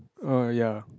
err ya